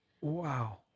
Wow